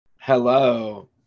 Hello